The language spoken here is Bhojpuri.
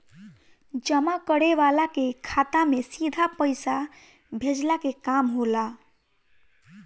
जमा करे वाला के खाता में सीधा पईसा भेजला के काम होला